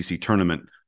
tournament